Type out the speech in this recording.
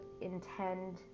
intend